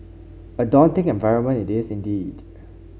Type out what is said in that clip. a daunting environment it is indeed